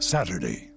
Saturday